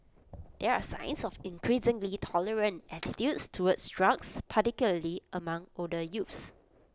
there are signs of increasingly tolerant attitudes towards drugs particularly among older youth